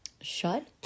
Shut